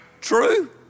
True